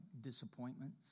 disappointments